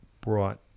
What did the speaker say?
brought